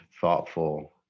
thoughtful